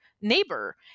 neighbor